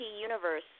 universe